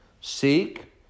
Seek